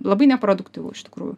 labai neproduktyvu iš tikrųjų